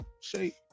shape